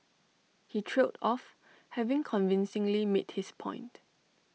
he trailed off having convincingly made his point